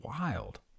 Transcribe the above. wild